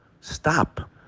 Stop